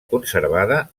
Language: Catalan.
conservada